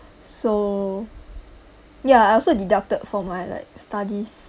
so ya I also deducted for my like studies